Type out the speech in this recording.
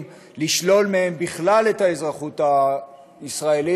לשלול מהם בכלל את האזרחות הישראלית.